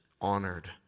honored